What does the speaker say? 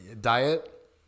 diet